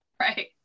right